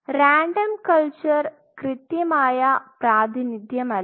random culture കൃത്യമായ പ്രാതിനിധ്യമല്ല